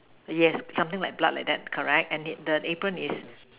yes something like that blood like that correct and the the apron is